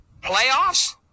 Playoffs